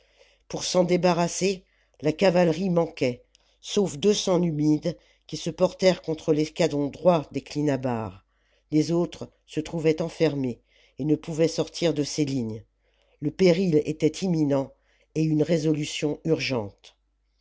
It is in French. pour s'en débarrasser la cavalerie manquait sauf deux cents numides qui se portèrent contre l'escadron droit des clinabares les autres se trouvaient enfermés et ne pouvaient sortir de ces lignes le péril était imminent et une résolution urgente